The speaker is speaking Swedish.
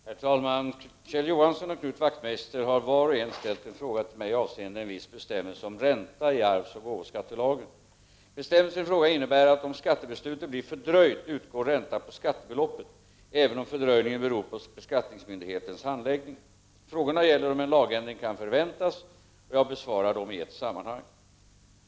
Herr talman! Kjell Johansson och Knut Wachtmeister har var och en ställt en fråga till mig avseende en viss bestämmelse om ränta i arvsoch gåvoskattelagen. Bestämmelsen i fråga innebär att om skattebeslutet blir fördröjt utgår ränta på skattebeloppet även om fördröjningen beror på beskattningsmyndighetens handläggning. Frågorna gäller om en lagändring kan förväntas, och jag besvarar dem i ett sammanhang.